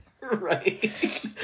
right